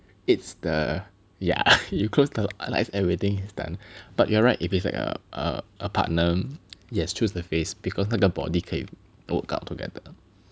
it's the ya you close the lights everything is done but you're right if it's like a a a partner um yes choose the face because 那个 body 可以 workout together